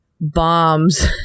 bombs